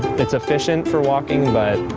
it's efficient for walking but